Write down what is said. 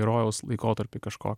rojaus laikotarpį kažkokį